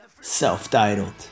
self-titled